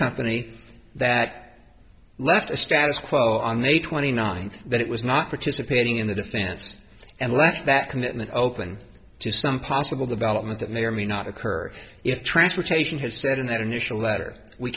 company that left a status quo on the twenty ninth that it was not participating in the defense and left that commitment open to some possible development that may or may not occur if transportation